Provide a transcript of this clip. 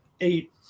eight